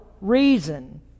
reason